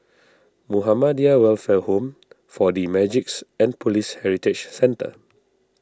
Muhammadiyah Welfare Home four D Magix and Police Heritage Centre